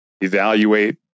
evaluate